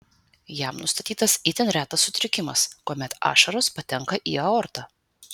jam nustatytas itin retas sutrikimas kuomet ašaros patenka į aortą